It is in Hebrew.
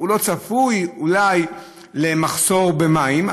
לא צפוי לו אולי מחסור במים,